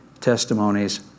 testimonies